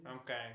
Okay